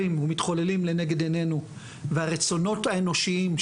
את הכבוד שאתם נותנים לעצמאות של